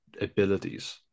abilities